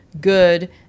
good